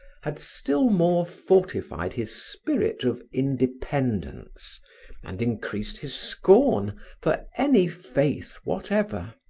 had still more fortified his spirit of independence and increased his scorn for any faith whatever.